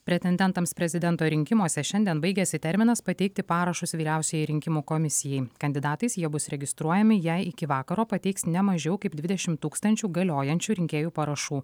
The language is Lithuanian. pretendentams prezidento rinkimuose šiandien baigiasi terminas pateikti parašus vyriausiajai rinkimų komisijai kandidatais jie bus registruojami jei iki vakaro pateiks ne mažiau kaip dvidešim tūkstančių galiojančių rinkėjų parašų